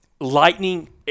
Lightning